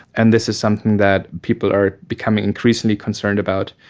and this is something that people are becoming increasingly concerned about.